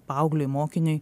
paaugliui mokiniui